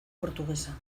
portuguesa